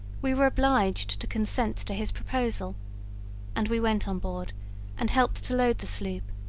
we were obliged to consent to his proposal and we went on board and helped to load the sloop,